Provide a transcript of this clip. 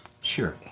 Sure